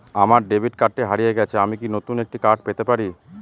আমার ডেবিট কার্ডটি হারিয়ে গেছে আমি কি নতুন একটি কার্ড পেতে পারি?